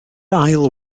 ail